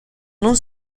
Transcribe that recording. non